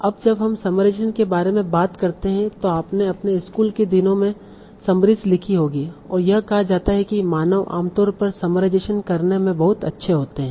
अब जब हम समराइजेशेन के बारे में बात करते हैं तो आपने अपने स्कूल के दिनों में समरीस लिखी होगी और यह कहा जाता है कि मानव आमतौर पर समराइजेशेन करने में बहुत अच्छे होते हैं